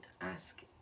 ask